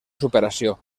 superació